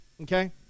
okay